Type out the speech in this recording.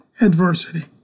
adversity